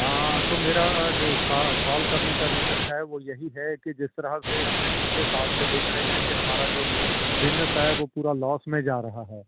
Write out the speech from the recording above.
ہاں تو میرا جو کال کرنے کا ریزن ہے وہ یہی ہے کہ جس طرح سے ہم نے پچھلے سال سے دیکھ رہے ہیں کہ ہمارا جو بزنس ہے وہ پورا لاس میں جا رہا ہے